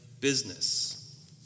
business